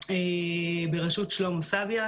בראשות שלמה סביה,